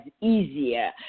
easier